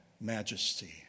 majesty